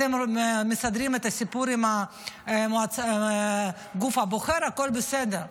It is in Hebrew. אתם מסדרים את הסיפור עם הגוף הבוחר, הכול בסדר.